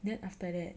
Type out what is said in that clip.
then after that